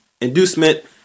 inducement